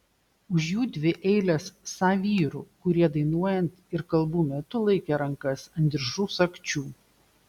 už jų dvi eilės sa vyrų kurie dainuojant ir kalbų metu laikė rankas ant diržų sagčių